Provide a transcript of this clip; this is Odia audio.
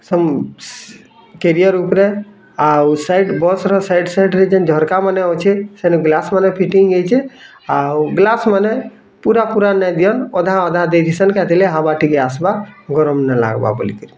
ସବୁ କେରିଅର ଉପରେ ଆଉ ସାଇଡ଼୍ ବସ୍ର ସାଇଡ଼୍ ସାଇଡ଼୍ରେ ଯେନ ଝରକାମାନେ ଅଛେ ସେନୁ ଗ୍ଲାସ୍ମାନେ ଫିଟିଙ୍ଗ୍ ହେଇଛେ ଆଉ ଗ୍ଲାସ୍ ମାନେ ପୁରା ପୁରା ନାଇଁ ଦିଅନ ଅଧା ଅଧା ଦେଇ ଦିସନ୍ ଲାଗି ହାୱା ଟିକେ ଆସ୍ବା ଗରମ ନାଇଁ ଲାଗ୍ବା ବୋଲିକରି